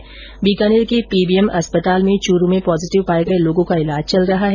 वहीं बीकानेर के पीबीएम अस्पताल में चूरू में पॉजिटिव पाये गये लोगों का ईलाज चल रहा है